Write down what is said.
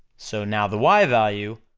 so now the y value,